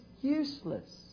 useless